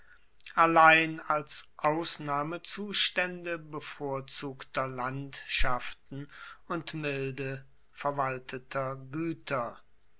allein als ausnahmezustände bevorzugter landschaften und milde verwalteter güter